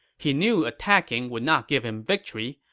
he knew attacking would not give him victory,